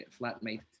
flatmate